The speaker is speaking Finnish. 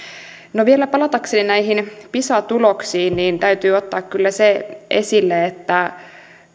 no vielä palatakseni näihin pisa tuloksiin täytyy ottaa kyllä se esille että